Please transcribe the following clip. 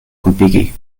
kulpigi